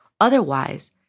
Otherwise